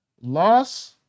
loss